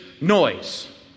noise